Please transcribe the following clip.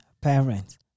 parents